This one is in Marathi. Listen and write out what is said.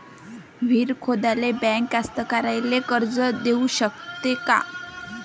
विहीर खोदाले बँक कास्तकाराइले कर्ज देऊ शकते का?